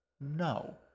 no